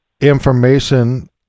Information